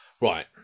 Right